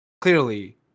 clearly